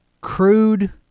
crude